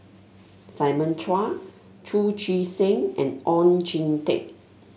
Simon Chua Chu Chee Seng and Oon Jin Teik